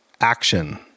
action